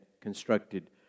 constructed